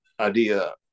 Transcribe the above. idea